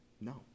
No